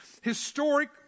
historic